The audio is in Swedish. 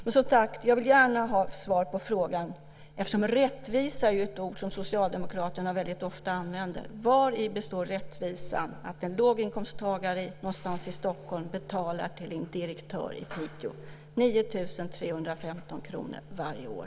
Men jag vill som sagt gärna ha svar på frågan, eftersom "rättvisa" är ett ord som Socialdemokraterna väldigt ofta använder: Vari består rättvisan i att en låginkomsttagare någonstans i Stockholm betalar 9 315 kr till en direktör i Piteå varje år?